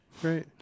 Great